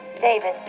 David